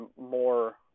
more